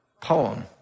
Poem